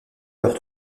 leurs